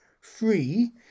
free